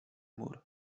mur